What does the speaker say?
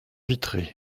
vitrée